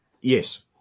Yes